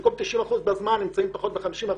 במקום 90% מהזמן הם נמצאים פחות מ-50%.